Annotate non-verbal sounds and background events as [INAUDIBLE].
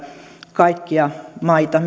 kaikkia maita [UNINTELLIGIBLE]